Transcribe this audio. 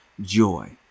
joy